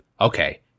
Okay